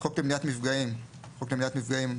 "חוק למניעת מפגעים" - חוק למניעת מפגעים,